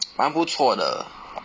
蛮不错的